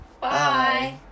Bye